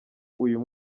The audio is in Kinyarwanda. uyu